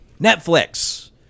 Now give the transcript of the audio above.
Netflix